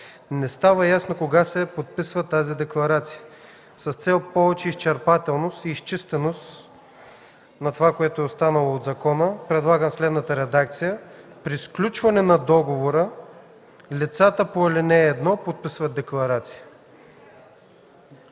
не става ясно кога се подписва тази декларация. С цел повече изчерпателност и изчистеност на това, което е останало от закона, предлагам следната редакция: „При сключване на договора лицата по ал. 1 подписват декларация”.